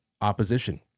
opposition